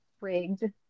rigged